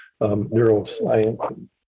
neuroscience